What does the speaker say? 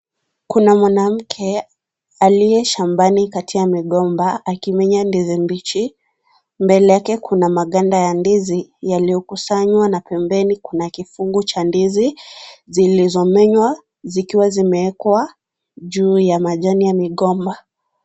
Kuna mwanamke, aliye shambani kati ya migomba, akiminya ndizi mbichi, mbele yake kuna maganda ya ndizi, yaliyokusanywa, na pembeni kuna kifungu cha ndizi, zilizomenywa, zikiwa zimeekwa, juu ya majani ya migomba.